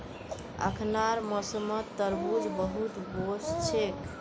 अखनार मौसमत तरबूज बहुत वोस छेक